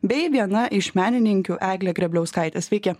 bei viena iš menininkių egle grėbliauskaieė sveiki